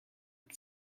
and